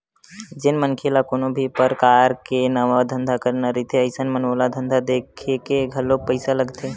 जेन मनखे ल कोनो भी परकार के नवा धंधा करना रहिथे अइसन म ओला धंधा देखके घलोक पइसा लगथे